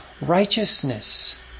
righteousness